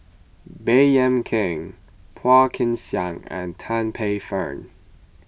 Baey Yam Keng Phua Kin Siang and Tan Paey Fern